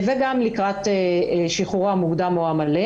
וגם לקראת שחרורו המוקדם או המלא.